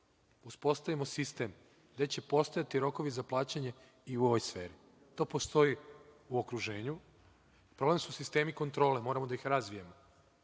uspostavimo sistem gde će postojati rokovi za plaćanje i u ovoj sferi. To postoji u okruženju, problem su sistemi kontrole. Moramo da ih razvijemo,